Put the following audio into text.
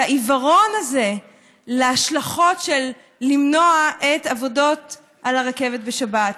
העיוורון הזה להשלכות של למנוע את עבודות הרכבת בשבת.